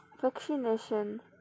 vaccination